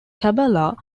kabbalah